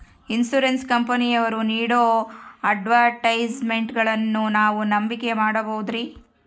Insurance ಕಂಪನಿಯವರು ನೇಡೋ ಅಡ್ವರ್ಟೈಸ್ಮೆಂಟ್ಗಳನ್ನು ನಾವು ನಂಬಿಕೆ ಮಾಡಬಹುದ್ರಿ?